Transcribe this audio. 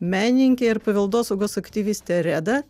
menininkė ir paveldosaugos aktyvistė reda